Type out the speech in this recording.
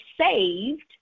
saved